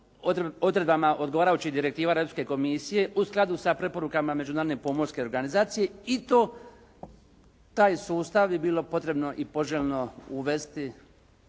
odgovarajućih direktiva Europske komisije u skladu sa preporukama Međunarodne pomorske organizacije i taj sustav bi bilo potrebno i poželjno uvesti